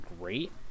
great